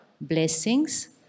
blessings